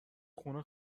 خونه